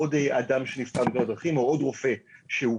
עוד אדם שנפטר בתאונת דרכים או עוד רופא שהוכה,